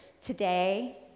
today